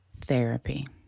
therapy